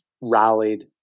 rallied